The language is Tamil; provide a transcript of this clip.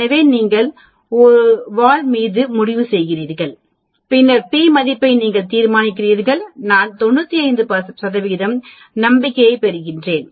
எனவே நீங்கள் வால் மீது முடிவு செய்கிறீர்கள் பின்னர் p மதிப்பை நீங்கள் தீர்மானிக்கிறீர்கள் நான் 95 நம்பிக்கையைப் பார்க்கிறேன்